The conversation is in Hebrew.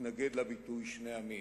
התנגד לביטוי שני עמים,